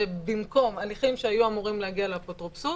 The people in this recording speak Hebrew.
-- שבמקום הליכים שהיו אמורים להגיע לאפוטרופסות,